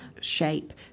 shape